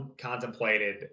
contemplated